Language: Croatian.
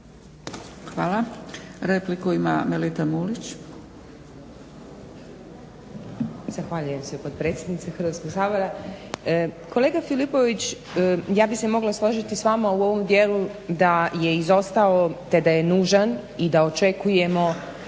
Hvala. Repliku ima Melita Mulić.